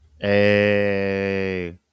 Hey